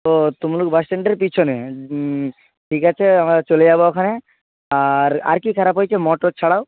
ও Tamluk bus স্ট্যান্ডের পিছনে ঠিক আছে আমরা চলে যাব ওখানে আর আর কী খারাপ হয়েছে মোটর ছাড়াও